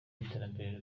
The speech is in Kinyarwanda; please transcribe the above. iterambere